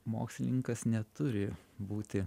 mokslininkas neturi būti